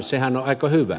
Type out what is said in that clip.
sehän on aika hyvä